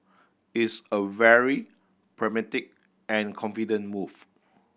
it's a very pragmatic and confident move